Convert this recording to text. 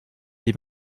des